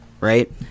right